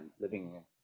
living